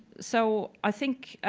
so i think